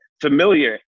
familiar